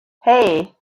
hey